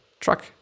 truck